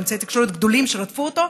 אמצעי תקשורת גדולים שרדפו אותו.